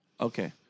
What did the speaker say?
Okay